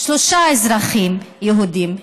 שלושה אזרחים יהודים.